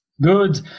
Good